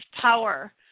power